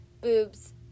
boobs